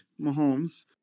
Mahomes